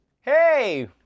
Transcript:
Hey